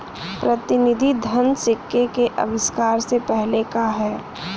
प्रतिनिधि धन सिक्के के आविष्कार से पहले का है